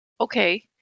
Okay